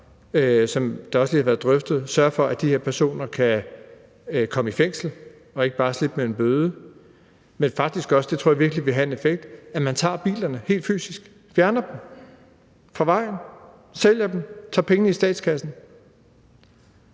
hvilket også lige har været drøftet, og sørge for, at de her personer kommer i fængsel og ikke bare slipper med en bøde, men jeg tror virkelig også, at det vil have en effekt, at man helt fysisk tager bilerne, fjerner dem fra vejen, sælger dem og putter pengene i statskassen.